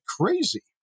crazy